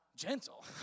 Gentle